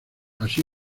así